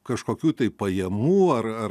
kažkokių tai pajamų ar ar